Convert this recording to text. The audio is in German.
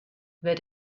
wird